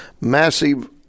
massive